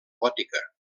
gòtica